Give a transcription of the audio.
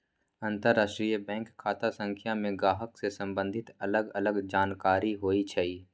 अंतरराष्ट्रीय बैंक खता संख्या में गाहक से सम्बंधित अलग अलग जानकारि होइ छइ